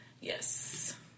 yes